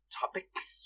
topics